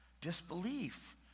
disbelief